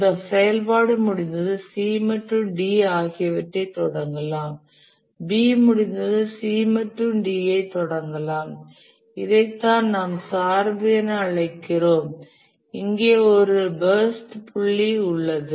இந்த செயல்பாடு முடிந்ததும் C மற்றும் D ஆகியவற்றை தொடங்கலாம் B முடிந்ததும் C மற்றும் D ஐ தொடங்கலாம் இதைத்தான் நாம் சார்பு என அழைக்கிறோம் இங்கே ஒரு பர்ஸ்ட் புள்ளி உள்ளது